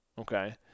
okay